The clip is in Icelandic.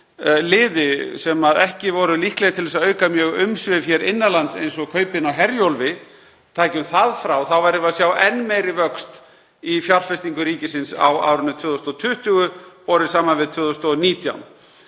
sem ekki voru líklegir til þess að auka mjög umsvif hér innan lands, eins og kaupin á Herjólfi, ef við tækjum það frá. Þá sæjum við enn meiri vöxt í fjárfestingu ríkisins á árinu 2020 borið saman við 2019.